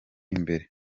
imbere